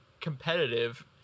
competitive